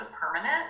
permanent